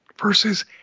versus